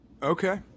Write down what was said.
Okay